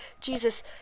Jesus